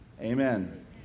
Amen